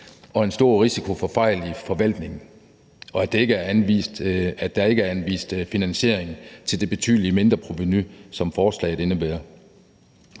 og en stor risiko for fejl i forvaltningen, og at der ikke er anvist finansiering til det betydelige mindreprovenu, som forslaget indebærer.